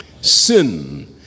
Sin